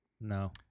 No